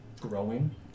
growing